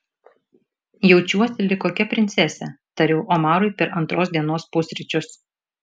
jaučiuosi lyg kokia princesė tariau omarui per antros dienos pusryčius